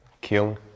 killing